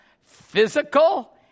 physical